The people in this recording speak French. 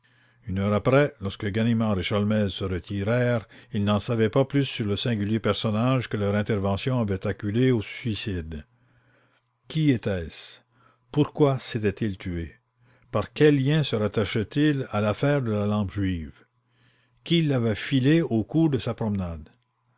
une heure après lorsque ganimard et sholmès se retirèrent ils n'en savaient pas plus sur le singulier personnage que leur intervention avait acculé au suicide qui était-ce pourquoi s'était-il tué par quel lien se rattachait il à l'affaire de la lampe juive qui l'avait filé au cours de sa promenade